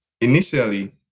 initially